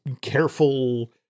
careful